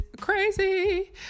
crazy